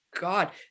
God